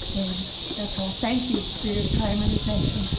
and that's all, thank you for your time and attention.